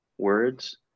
Words